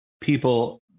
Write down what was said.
people